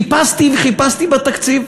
חיפשתי וחיפשתי בתקציב,